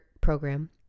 program